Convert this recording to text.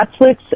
Netflix